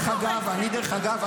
דרך אגב,